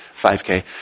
5K